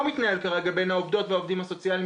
מתנהל כרגע בין העובדות והעובדים הסוציאליים,